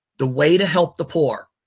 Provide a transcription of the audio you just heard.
the way to help the poor,